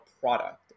product